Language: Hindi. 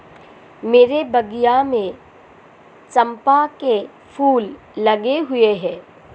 मेरे बगिया में चंपा के फूल लगे हुए हैं